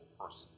person